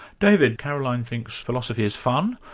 david, caroline thinks philosophy is fun,